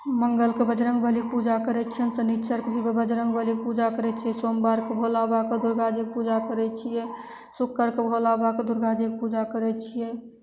मङ्गलके बजरंग बलीके पूजा करय छियनि शनीचरके भी बजरंग बलीके पूजा करय छियै सोमवारके भोला बाबाके दुर्गा जीके पूजा करय छियै शुक्रवारके भोला बाबा दुर्गा जीके पूजा करय छियै